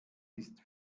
ist